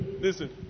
listen